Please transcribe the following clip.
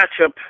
matchup